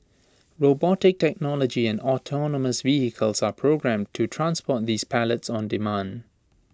robotic technology and autonomous vehicles are programmed to transport these pallets on demand